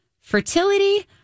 fertility